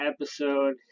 episode